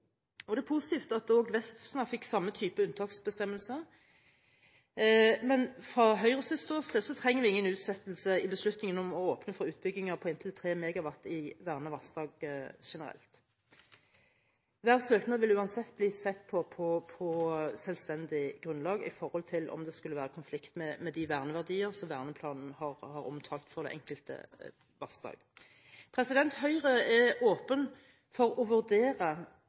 Det er positivt at også Vefsna fikk samme type unntaksbestemmelser, men fra Høyres ståsted trenger vi ingen utsettelse i beslutningen om å åpne for utbygginger på inntil 3 MW i vernede vassdrag generelt. Hver søknad vil uansett bli sett på på selvstendig grunnlag i forhold til om det skulle være i konflikt med de verneverdier som verneplanen har omtalt for det enkelte vassdrag. Høyre er også åpen for å vurdere